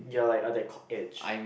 you're like at that cock age